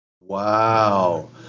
Wow